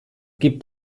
gibt